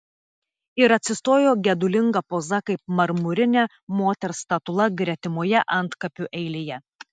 ir atsistojo gedulinga poza kaip marmurinė moters statula gretimoje antkapių eilėje